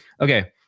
Okay